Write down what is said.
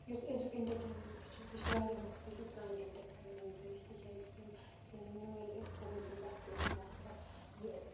یُس أزیُک اِنٹَرٹینمینٛٹ چھُ سُہ چھِ واریاہ مختلف پرٛانہِ اِنٹَرٹینمینٛٹ نِش تِکیٛازِکہِ یِم سٲنۍ مٲلۍ ٲسۍ تِمَن ہِنٛدِ وقتہٕ اوس نہٕ آسان یہِ